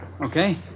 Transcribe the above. Okay